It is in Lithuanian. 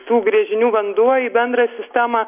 tų gręžinių vanduo į bendrą sistemą